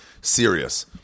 serious